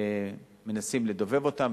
מנסים לדובב אותם,